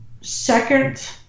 second